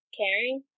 caring